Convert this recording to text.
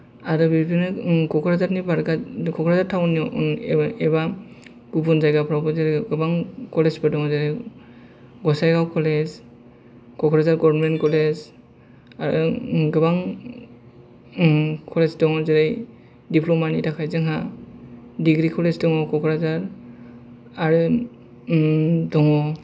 आरो बिदिनो कक्राझारनि बारगा कक्राझार टाउनाव एबा गुबुन जायगाफ्रावबो जेनबा आरो गोबां कलेजफोर दङ जेरै Gossaigaon college Kokrajhar government college आरो गोबां ओम कलेज दङ जेरै दिप्ल'मानि थाखाय जोंहा दिग्री कलेज दङ कक्राझार आरो ओम दङ